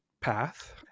path